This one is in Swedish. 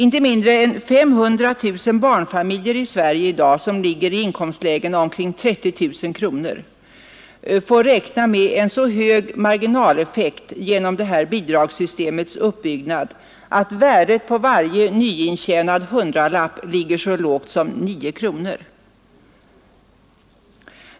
Inte mindre än 500 000 bamfamiljer i Sverige, som i dag ligger i inkomstlägen omkring 30 000 kronor, får räkna med en så hög marginaleffekt genom det här bidragssystemets uppbyggnad att värdet på varje nytjänad hundralapp ligger så lågt som 9 kronor.